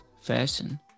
fashion